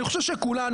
אני חושב שכולנו,